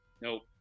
nope